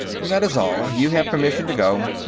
that is all. you have permission to go.